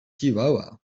chihuahua